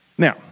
Now